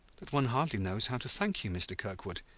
that one hardly knows how to thank you, mr. kirkwood.